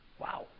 Wow